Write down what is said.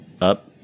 up